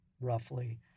roughly